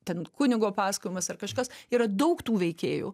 ten kunigo pasakojimas ar kažkas yra daug tų veikėjų